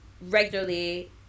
regularly